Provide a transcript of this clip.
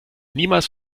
niemals